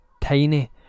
tiny